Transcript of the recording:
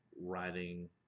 writing